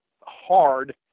hard